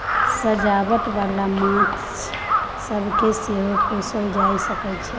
सजावट बाला माछ सब केँ सेहो पोसल जा सकइ छै